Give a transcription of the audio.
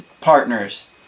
partners